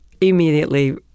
immediately